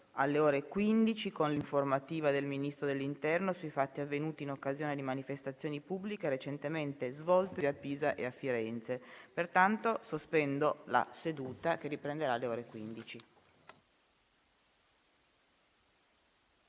alle ore 15 con l'informativa del Ministro dell'interno sui fatti avvenuti in occasione di manifestazioni pubbliche recentemente svoltesi a Pisa e a Firenze. *(La seduta, sospesa alle ore